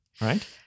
Right